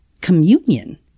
communion